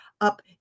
up